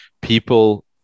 people